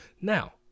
Now